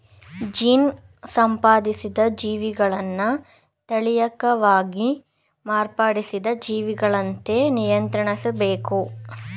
gene ಸಂಪಾದಿತ ಜೀವಿಗಳನ್ನ ತಳೀಯವಾಗಿ ಮಾರ್ಪಡಿಸಿದ ಜೀವಿಗಳಂತೆ ನಿಯಂತ್ರಿಸ್ಬೇಕಾಗಿದೆ